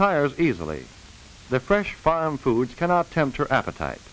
tires easily the fresh foreign foods cannot tempt her appetite